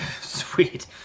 Sweet